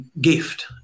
gift